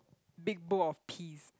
big bowl of peas